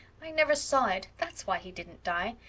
i never saw it. that's why he didn't die.